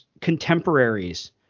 contemporaries